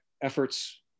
efforts